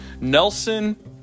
Nelson